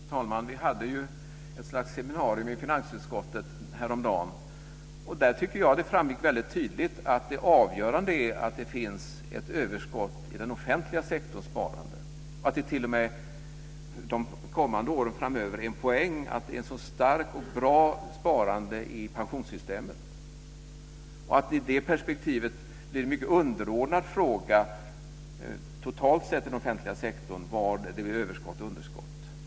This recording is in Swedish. Fru talman! Vi hade ett slags seminarium i finansutskottet häromdagen. Jag tycker att det där framgick väldigt tydligt att det avgörande är att det finns ett överskott i den offentliga sektorns sparande och att det för de kommande åren t.o.m. är en poäng att det är ett så starkt och bra sparande i pensionssystemet. I det perspektivet blir det en mycket underordnad fråga totalt sett i den offentliga sektorn var det blir underskott respektive överskott.